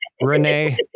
Renee